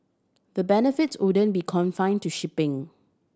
the benefits wouldn't be confine to shipping